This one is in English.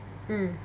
mm